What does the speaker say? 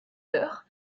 heures